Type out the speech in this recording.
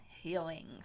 healing